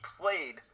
played